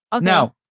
Now